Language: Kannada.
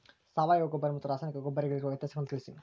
ಸಾವಯವ ಗೊಬ್ಬರ ಮತ್ತು ರಾಸಾಯನಿಕ ಗೊಬ್ಬರಗಳಿಗಿರುವ ವ್ಯತ್ಯಾಸಗಳನ್ನು ತಿಳಿಸಿ?